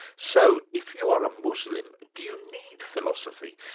so if you're a muslim, do you need philosophy?